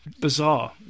bizarre